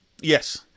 Yes